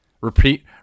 Repeat